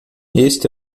este